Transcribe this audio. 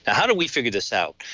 ah how do we figure this out?